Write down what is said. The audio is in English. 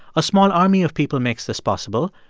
a small army of people makes this possible.